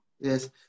yes